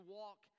walk